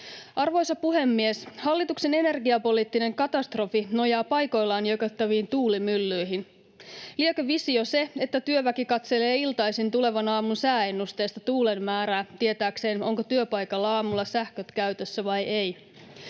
Arvoisa puhemies! Hallituksen energiapoliittinen katastrofi nojaa paikoillaan jököttäviin tuulimyllyihin. Liekö visio se, että työväki katselee iltaisin tulevan aamun sääennusteesta tuulen määrää tietääkseen, onko työpaikalla aamulla sähköt käytössä vai ei.